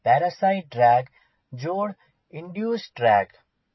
parasite drag जोड़ induced drag